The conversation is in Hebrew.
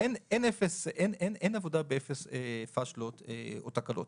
אין עבודה באפס פשלות או תקלות.